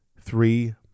three